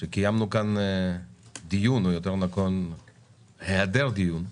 שקיימנו כאן דיון, או יותר נכון היעדר דיון,